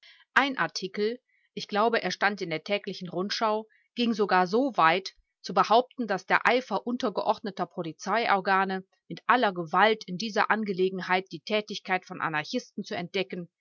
ein artikel ich glaube er stand in der tägl rundschau ging sogar so weit zu behaupten daß der eifer untergeordneter polizeiorgane mit aller gewalt in dieser angelegenheit die tätigkeit von anarchisten zu entdecken